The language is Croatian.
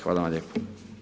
Hvala vam lijepo.